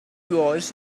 was